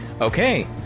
Okay